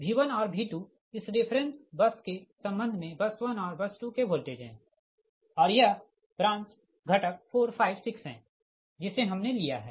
V1और V2 इस reference bus के संबंध मे बस 1 और बस 2 के वोल्टेज है और यह ब्रांच घटक 4 5 6 है जिसे हमने लिया है